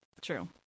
True